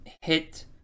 hit